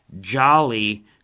jolly